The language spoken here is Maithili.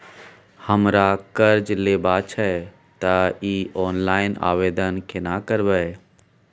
हमरा कर्ज लेबा छै त इ ऑनलाइन आवेदन केना करबै?